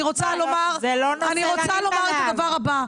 אני רוצה לומר את הדבר הבא.